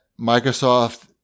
Microsoft